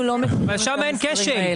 שם אין כשל.